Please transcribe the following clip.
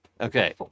Okay